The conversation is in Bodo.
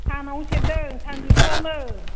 सानावनो सेरदों सानजौफुआवनो